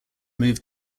move